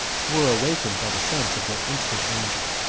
who were awakened by the sense of their instant danger.